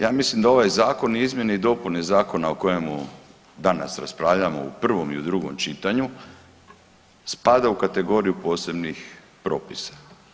Ja mislim da ovaj zakon izmjene i dopune zakona o kojemu danas raspravljamo u prvom i u drugom čitanju, spada u kategoriju posebnih propisa.